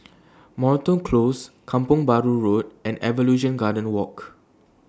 Moreton Close Kampong Bahru Road and Evolution Garden Walk